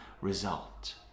result